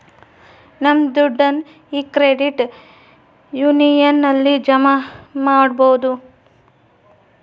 ನಮ್ ದುಡ್ಡನ್ನ ಈ ಕ್ರೆಡಿಟ್ ಯೂನಿಯನ್ ಅಲ್ಲಿ ಜಮಾ ಮಾಡ್ಬೋದು